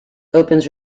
opens